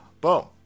Boom